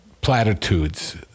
platitudes